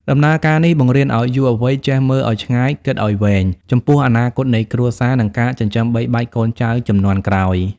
ដំណើរការនេះបង្រៀនឱ្យយុវវ័យចេះ "មើលឱ្យឆ្ងាយ គិតឱ្យវែង" ចំពោះអនាគតនៃគ្រួសារ និងការចិញ្ចឹមបីបាច់កូនចៅជំនាន់ក្រោយ។